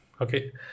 okay